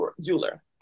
jeweler